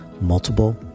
multiple